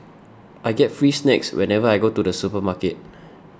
I get free snacks whenever I go to the supermarket